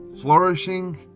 flourishing